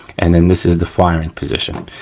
and then this is the firing position.